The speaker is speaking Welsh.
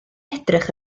edrych